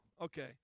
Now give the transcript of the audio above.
Okay